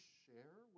share